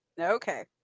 Okay